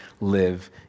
live